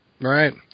Right